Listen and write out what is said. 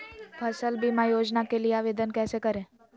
फसल बीमा योजना के लिए आवेदन कैसे करें?